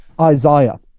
Isaiah